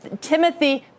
Timothy